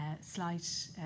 slight